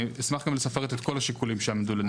אני אשמח גם לפרט את כל השיקולים שעמדנו לנגד עינינו.